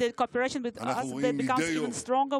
את פירות שיתוף הפעולה הביטחוני בינינו,